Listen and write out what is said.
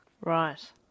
Right